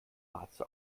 warze